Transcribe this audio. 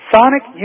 Sonic